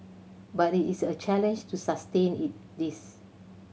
but it is a challenge to sustain this